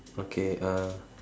okay uh